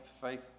faith